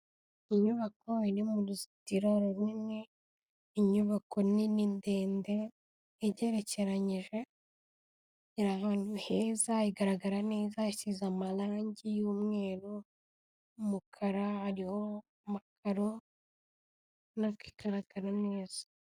Inyubako iri mu ruzitiro runini, inyubako nini ndende igerekeyije, iri ahantu heza, igaragara neza, isize amarange y'umweru, umukara hariho amakaro, ubona ko igaragara neza.